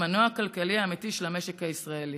המנוע הכלכלי האמיתי של המשק הישראלי.